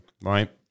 right